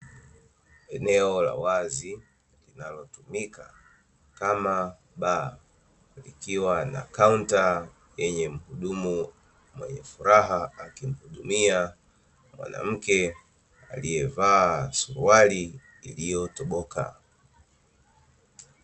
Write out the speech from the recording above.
Eneo wazi linalotumika kama bar, likiwa na kaunta yenye mhudumu mwenye furaha, akimhudumia mwanamke aliyevaa suruali iliyotoboka.